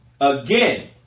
Again